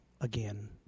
again